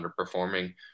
underperforming